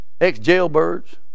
ex-jailbirds